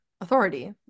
authority